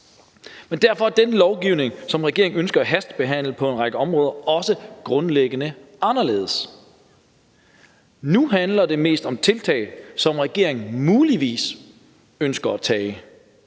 Derfor er den lovgivning, som regeringen nu ønsker at hastebehandle på en række områder, også grundlæggende anderledes. Nu handler det mest om tiltag, som regeringen muligvis ønsker at tage,